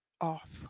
off